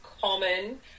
common